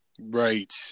Right